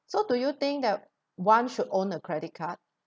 so do you think that one should own a credit card